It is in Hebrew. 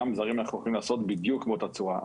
גם עם זרים אנחנו יכולים לעשות בדיוק באותה צורה.